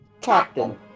Captain